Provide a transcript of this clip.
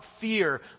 fear